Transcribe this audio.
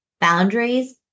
boundaries